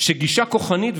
שגישה כוחנית,